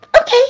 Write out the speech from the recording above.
Okay